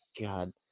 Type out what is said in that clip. God